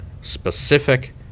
specific